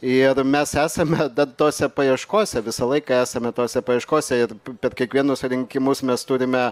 ir mes esame dar tose paieškose visą laiką esame tose paieškose ir per kiekvienus rinkimus mes turime